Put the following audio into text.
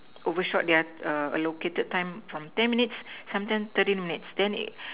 overshot their err allocated time from ten minutes sometimes thirty minutes then a~